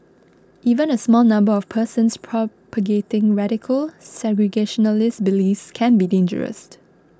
even a small number of persons propagating radical segregationist beliefs can be dangerous